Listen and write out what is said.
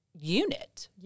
Unit